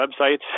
websites